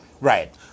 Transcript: Right